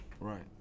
Right